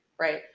Right